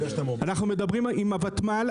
אנחנו מדברים עם הותמ"ל,